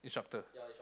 instructor